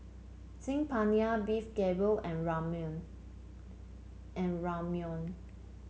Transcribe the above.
Saag Paneer Beef Galbi and Ramyeon and Ramyeon